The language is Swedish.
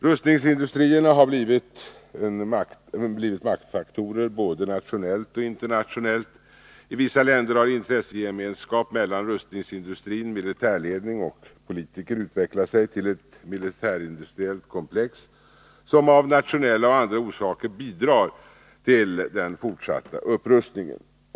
Rustningsindustrierna har blivit maktfaktorer både nationellt och internationellt. I vissa länder har intressegemenskap mellan rustningsindustrin, militärledning och politiker utvecklat sig till ett militärindustriellt komplex, som av nationella och andra orsaker bidrar till fortsatt upprustning.